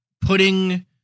putting